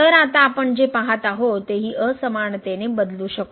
तर आता आपण जे पहात आहोत ते ही असमानतेने बदलू शकतो